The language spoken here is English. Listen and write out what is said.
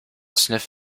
sniff